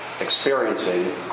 experiencing